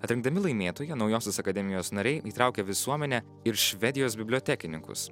atrinkdami laimėtoją naujosios akademijos nariai įtraukė visuomenę ir švedijos bibliotekininkus